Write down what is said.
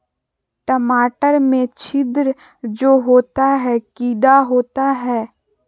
टमाटर में छिद्र जो होता है किडा होता है?